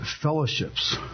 fellowships